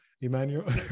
Emmanuel